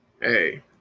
hey